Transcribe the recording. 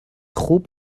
خوب